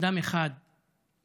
אדם אחד נהרג,